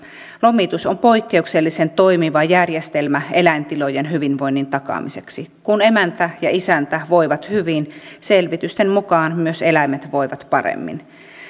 lomitus on poikkeuksellisen toimiva järjestelmä eläintilojen hyvinvoinnin takaamiseksi kun emäntä ja isäntä voivat hyvin selvitysten mukaan myös eläimet voivat paremmin